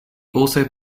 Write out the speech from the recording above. also